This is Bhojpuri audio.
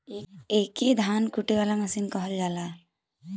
एके धान कूटे वाला मसीन कहल जाला